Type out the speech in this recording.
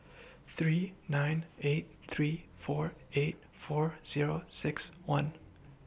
three nine eight three four eight four Zero six one